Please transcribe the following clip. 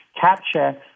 capture